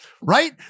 Right